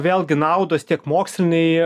vėlgi naudos tiek mokslinėj